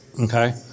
Okay